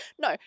no